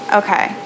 okay